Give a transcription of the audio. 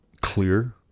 clear